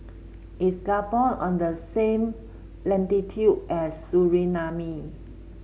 is Gabon on the same latitude as Suriname